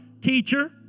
teacher